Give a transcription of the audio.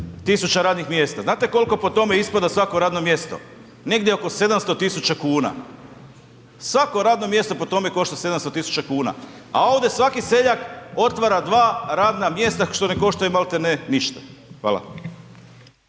tisuća radnih mjesta. Znate koliko po tome ispada svako radno mjesto? Negdje oko 700 tisuća kuna. Svako radno mjesto po tome košta 700 tisuća kuna. A ovdje svaki seljak otvara dva radna mjesta, što ne koštaju, maltene ništa. Hvala.